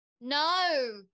No